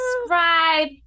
subscribe